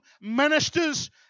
ministers